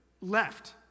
left